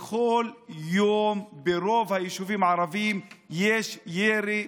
כל יום ברוב היישובים הערביים יש ירי בלילות.